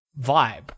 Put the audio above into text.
vibe